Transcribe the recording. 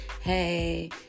hey